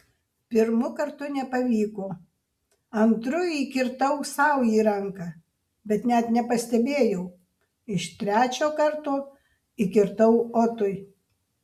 pirmu kartu nepavyko antru įkirtau sau į ranką bet net nepastebėjau iš trečio karto įkirtau otui